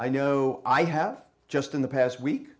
i know i have just in the past week